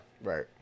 Right